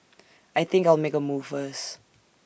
I think I'll make A move first